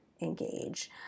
engage